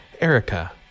Erica